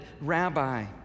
rabbi